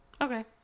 okay